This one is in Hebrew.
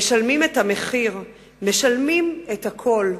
משלמים את המחיר, משלמים את הכול,